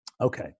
Okay